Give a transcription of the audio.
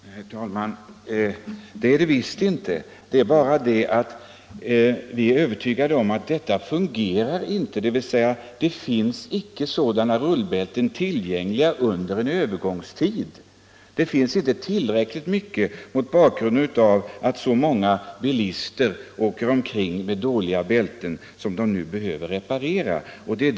Herr talman! Det är det visst inte. Det är bara det att detta fungerar inte, dvs. det finns under en övergångstid icke sådana rullbälten tillgängliga. Det finns inte tillräckligt många mot bakgrund av att så många bilister åker omkring med dåliga bälten som nu behöver repareras.